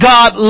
God